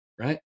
Right